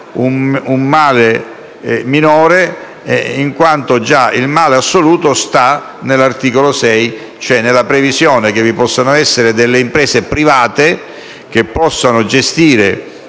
il male minore in quanto il male assoluto sta nell'articolo 6, cioè nella previsione che vi possano essere imprese private che possono gestire